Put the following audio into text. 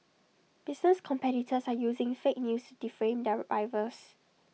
business competitors are using fake news defame their rivals